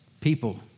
people